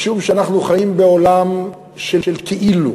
משום שאנחנו חיים בעולם של כאילו,